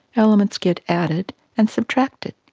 elements get added and subtracted,